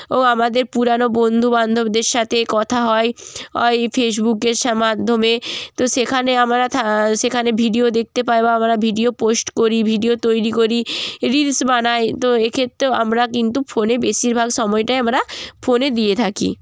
ও আমাদের পুরানো বন্ধু বান্ধবদের সাথে কথা হয় হয় ফেসবুকের মাধ্যমে তো সেখানে আমরা সেখানে ভিডিও দেখতে পাই বা আমরা ভিডিও পোস্ট করি ভিডিও তৈরি করি রিলস বানাই তো এক্ষেত্তেও আমরা কিন্তু ফোনে বেশিরভাগ সময়টাই আমরা ফোনে দিয়ে থাকি